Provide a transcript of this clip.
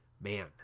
man